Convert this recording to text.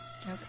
Okay